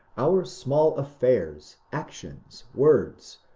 our small affairs, actions, words,